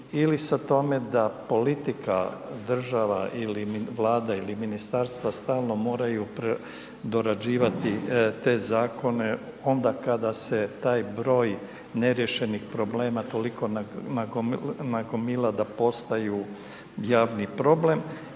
Ili sa tome da politika država ili Vlada, ili Ministarstva stalno moraju predorađivati te Zakone onda kada se taj broj neriješenih problema toliko nagomila da postaju javni problem